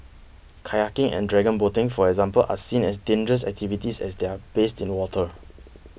Kayaking and dragon boating for example are seen as dangerous activities as they are based in water